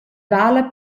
vala